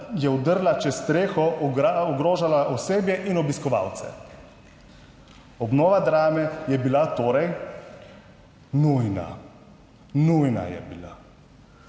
je vdrla čez streho ogrožala osebje in obiskovalce. Obnova Drame je bila torej nujna. Nujna je bila.